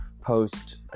post